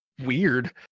weird